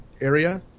area